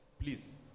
Please